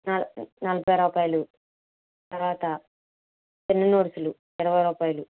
null నలభై రూపాయలు తర్వాత చిన్న నోట్స్లు ఇరవై రూపాయలు